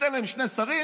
ניתן להם שני שרים